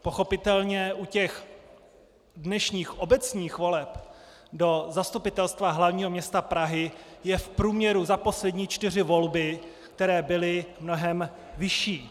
Pochopitelně, u těch dnešních obecních voleb do Zastupitelstva hlavního města Prahy je v průměru za poslední čtyři volby, které byly, mnohem vyšší.